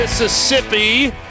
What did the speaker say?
Mississippi